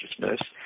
consciousness